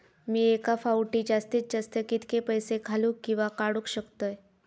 मी एका फाउटी जास्तीत जास्त कितके पैसे घालूक किवा काडूक शकतय?